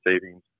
savings